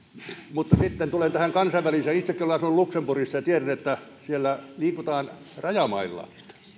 mutta sitten tulen tähän kansainväliseen itsekin olen asunut luxemburgissa ja tiedän että siellä liikutaan rajamailla